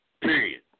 Period